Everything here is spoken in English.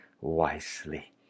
wisely